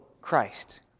Christ